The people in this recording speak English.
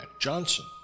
Johnson